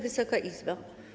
Wysoka Izbo!